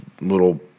little